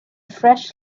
fresh